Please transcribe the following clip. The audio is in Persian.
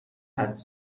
حدس